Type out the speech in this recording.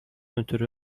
ötürü